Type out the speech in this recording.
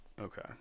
Okay